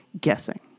guessing